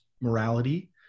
morality